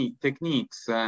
techniques